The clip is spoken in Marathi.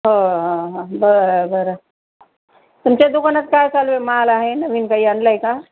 ह ह बरं बरं तुमच्या दुकानात काय चालू आहे माल आहे नवीन काही आणला आहे का